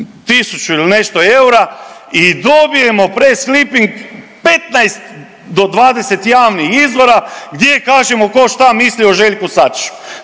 ili nešto eura i dobijemo press cliping 15 do 20 javnih izvora gdje kažemo tko šta misli o Željku Sačiću.